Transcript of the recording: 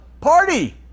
party